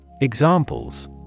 Examples